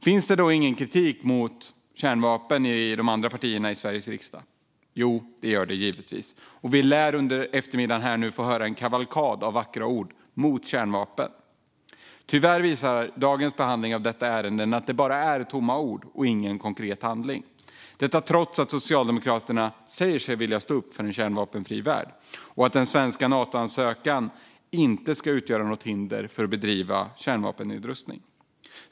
Finns det då ingen kritik mot kärnvapen i de andra partierna i Sveriges riksdag? Jo, det gör det givetvis, och vi lär under eftermiddagen här få höra en kavalkad av vackra ord mot kärnvapen. Tyvärr visar dagens behandling av detta ärende att det bara är tomma ord och ingen konkret handling - detta trots att Socialdemokraterna säger sig vilja stå upp för en kärnvapenfri värld och att den svenska Natoansökan inte ska utgöra något hinder för att bedriva kärnvapennedrustning.